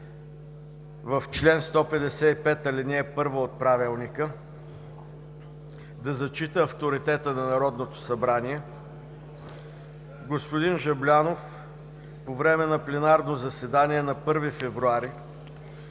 и дейността на Народното събрание, да зачита авторитета на Народното събрание, господин Жаблянов по време на пленарно заседание, на 1 февруари